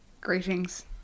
Greetings